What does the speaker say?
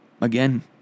again